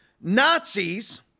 Nazis